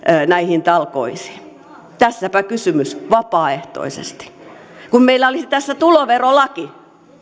näihin talkoisiin tässäpä kysymys vapaaehtoisesti kun meillä olisi tässä tuloverolaki